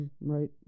right